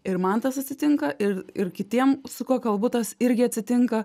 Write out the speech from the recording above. ir man tas atsitinka ir ir kitiem su kuo kalbu tas irgi atsitinka